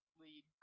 lead